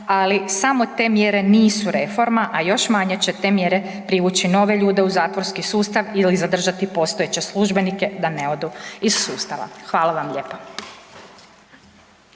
ali samo te mjere nisu reforma, a još manje će te mjere privući nove ljude u zatvorski sustav ili zadržati postojeće službenike da ne odu iz sustava. Hvala vam lijepo.